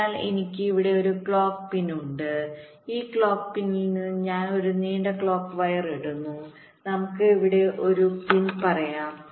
അതിനാൽ എനിക്ക് ഇവിടെ ഒരു ക്ലോക്ക് പിൻ ഉണ്ട് ഈ ക്ലോക്ക് പിൻയിൽ നിന്ന് ഞാൻ ഒരു നീണ്ട ക്ലോക്ക് വയർ ഇടുന്നു നമുക്ക് ഇവിടെ ഒരു പിൻ പറയാം